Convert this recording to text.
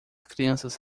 crianças